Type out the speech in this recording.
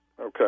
Okay